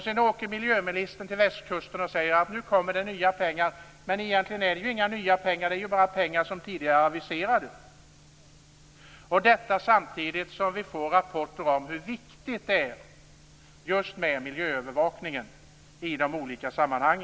Sedan åker miljöministern till västkusten och säger att nu kommer det nya pengar. Men egentligen är det ju inga nya pengar, utan bara pengar som tidigare är aviserade! Detta görs samtidigt som vi får rapporter om hur viktig miljöövervakningen är i olika sammanhang.